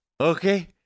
okay